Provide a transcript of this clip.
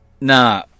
Nah